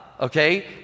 okay